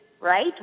Right